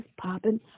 popping